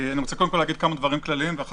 קודם אומר כמה דברים כלליים, ואז